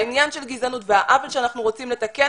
העניין של גזענות והעוול שאנחנו רוצים לתקן